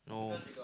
no